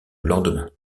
lendemain